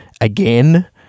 again